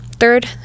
Third